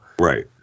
right